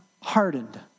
hardened